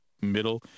middle